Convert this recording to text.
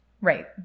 Right